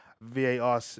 VAR